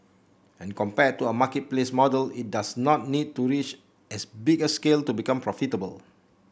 and compared to a marketplace model it does not need to reach as big a scale to become profitable